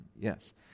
yes